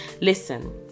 Listen